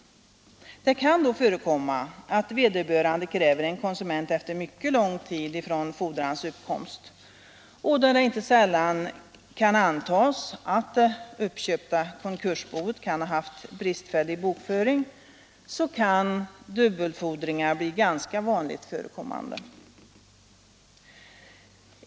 Det kan då förekomma att vederbörande kräver en konsument efter mycket lång tid från fordringens uppkomst. Då det inte sällan kan antagas att det uppköpta konkursboet haft bristfällig bokföring, kan dubbelfordringar bli ganska vanligt förekommande.